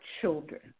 children